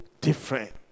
different